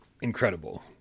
incredible